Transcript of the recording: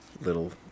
Little